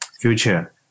future